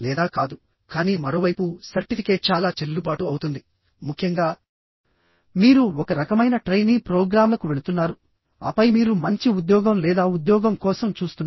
లేదా కాదు కానీ మరోవైపు సర్టిఫికేట్ చాలా చెల్లుబాటు అవుతుంది ముఖ్యంగా మీరు ఒక రకమైన ట్రైనీ ప్రోగ్రామ్లకు వెళుతున్నారు ఆపై మీరు మంచి ఉద్యోగం లేదా ఉద్యోగం కోసం చూస్తున్నారు